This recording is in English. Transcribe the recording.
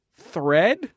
thread